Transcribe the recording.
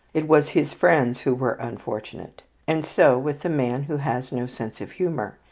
it was his friends who were unfortunate. and so with the man who has no sense of humour.